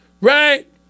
right